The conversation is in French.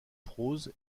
prose